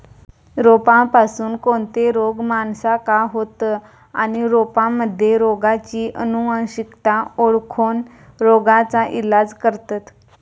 रोपांपासून कोणते रोग माणसाका होतं आणि रोपांमध्ये रोगाची अनुवंशिकता ओळखोन रोगाचा इलाज करतत